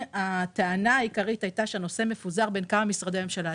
הטענה העיקרית הייתה שהנושא מפוזר בין כמה משרדי ממשלה.